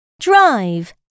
Drive